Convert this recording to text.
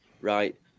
right